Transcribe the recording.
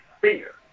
fear